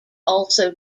also